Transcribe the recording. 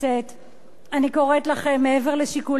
אני קוראת לכם, מעבר לשיקולים קואליציוניים,